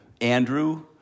Andrew